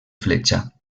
fletxa